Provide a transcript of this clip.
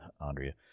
Andrea